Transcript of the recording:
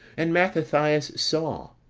and mathathias saw,